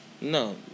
No